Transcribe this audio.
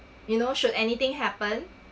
you know should anything happen